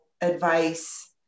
advice